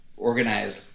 organized